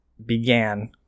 began